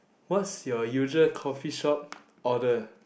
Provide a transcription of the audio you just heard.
what's your usual coffeeshop order